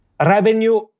Revenue